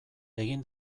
egin